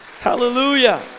Hallelujah